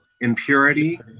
impurity